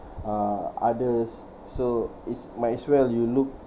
uh others so it's might as well you look